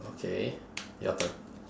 okay your turn